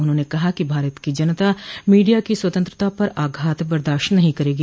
उन्होंने कहा कि भारत की जनता मीडिया की स्वतंत्रता पर आघात बर्दाश्त नहीं करेगी